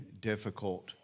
difficult